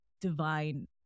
divine